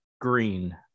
green